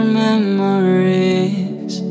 memories